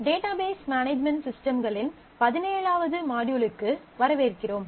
database management சிஸ்டம்களின் பதினேழாவது மாட்யூலுக்கு வரவேற்கிறோம்